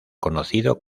conocido